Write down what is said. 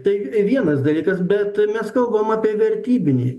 tai vienas dalykas bet mes kalbam apie vertybinį